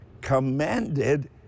commanded